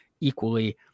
equally